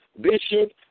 bishop